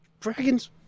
dragons